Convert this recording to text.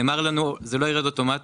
נאמר לנו: זה לא יירד אוטומטית,